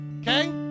okay